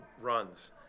runs –